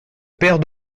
père